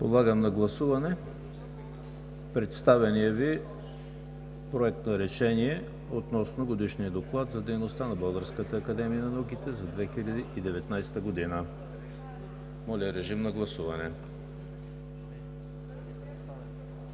Подлагам на гласуване представения Ви Проект на решение относно Годишния доклад за дейността на Българската академия на науките за 2019 г. Гласували